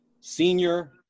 senior